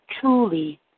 truly